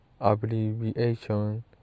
abbreviation